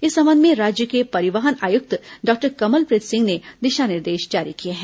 इस संबंध में राज्य के परिवहन आयुक्त डॉक्टर कमलप्रीत सिंह ने दिशा निर्देश जारी किए हैं